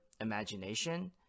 imagination